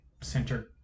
center